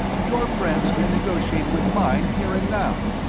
your friends can negotiate with mine here and now.